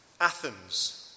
Athens